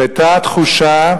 שהיתה תחושה,